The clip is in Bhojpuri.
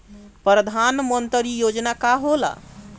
परधान मंतरी योजना का होला?